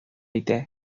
итә